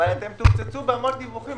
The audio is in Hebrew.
זה נדרש,